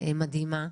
מדהימה,